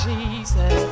Jesus